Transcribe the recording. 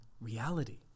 reality